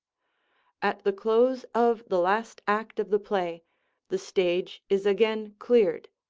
at the close of the last act of the play the stage is again cleared,